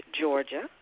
Georgia